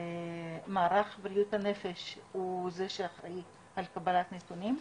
מערך בריאות הנפש הוא זה שאחראי על קבלת נתונים,